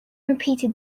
repeated